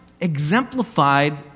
exemplified